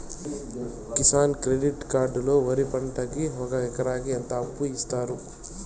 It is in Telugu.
కిసాన్ క్రెడిట్ కార్డు లో వరి పంటకి ఒక ఎకరాకి ఎంత అప్పు ఇస్తారు?